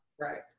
Right